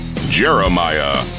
Jeremiah